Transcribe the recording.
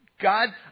God